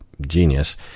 genius